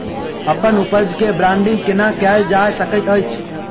अप्पन उपज केँ ब्रांडिंग केना कैल जा सकैत अछि?